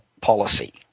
policy